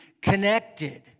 connected